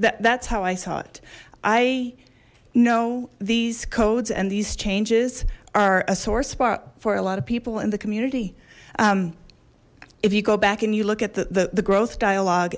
that that's how i saw it i know these codes and these changes are a sore spot for a lot of people in the community if you go back and you look at the growth dialogue